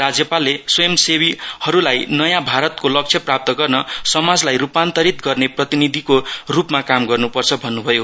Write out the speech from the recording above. राज्यपालले स्वयंसेवीहरूलाई नयाँ भारतको लक्ष्य प्राप्त गर्न समाजलाई रूपान्तरित गर्ने प्रतिनिधिको रूपमा काम गर्नुपर्छ भन्नुभयो